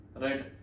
Right